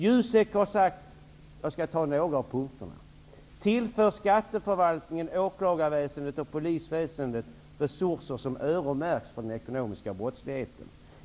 JUSEK har sagt att man skall tillföra skatteförvaltningen, åklagarväsendet och polisväsendet resurser som öronmärks för den ekonomiska brottsligheten.